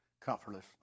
comfortless